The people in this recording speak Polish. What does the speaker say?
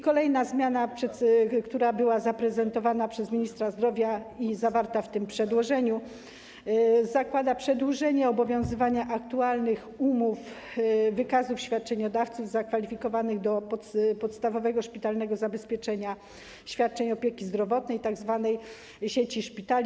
Kolejna zmiana, która była zaprezentowana przez ministra zdrowia i zawarta w tym przedłożeniu, zakłada przedłużenie obowiązywania aktualnych umów wykazów świadczeniodawców zakwalifikowanych do podstawowego szpitalnego zabezpieczenia świadczeń opieki zdrowotnej, tzw. sieci szpitali.